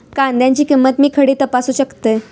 कांद्याची किंमत मी खडे तपासू शकतय?